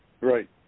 Right